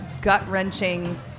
gut-wrenching